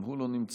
גם הוא לא נמצא,